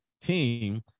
team